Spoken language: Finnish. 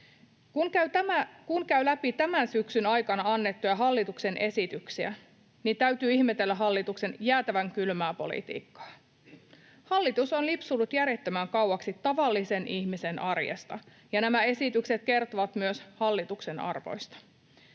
Kun käy läpi tämän syksyn aikana annettuja hallituksen esityksiä, täytyy ihmetellä hallituksen jäätävän kylmää politiikkaa. Hallitus on lipsunut järjettömän kauaksi tavallisen ihmisen arjesta, ja nämä esitykset kertovat myös hallituksen arvoista.